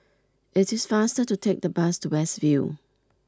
it is faster to take the bus to West View